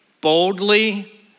boldly